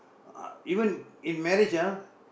even in marriage ah